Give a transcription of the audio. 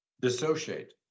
dissociate